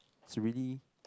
it's really